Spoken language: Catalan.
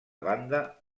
banda